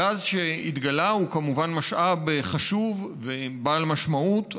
הגז שהתגלה הוא כמובן משאב חשוב ובעל משמעות,